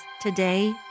today